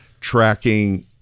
tracking